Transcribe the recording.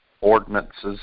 ordinances